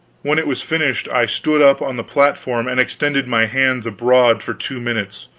when it was finished i stood up on the platform and extended my hands abroad, for two minutes,